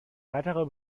weitere